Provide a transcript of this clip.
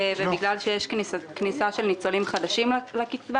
זה בגלל שיש כניסה של ניצולים חדשים לקצבה